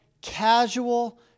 casual